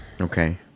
okay